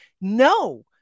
no